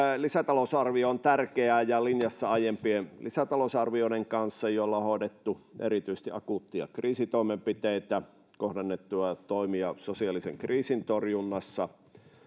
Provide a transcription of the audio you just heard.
lisätalousarvio on tärkeä ja linjassa aiempien lisätalousarvioiden kanssa joilla on hoidettu erityisesti akuutteja kriisitoimenpiteitä tehty kohdennettuja toimia sosiaalisen kriisin torjunnassa